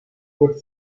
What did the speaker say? would